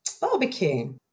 barbecue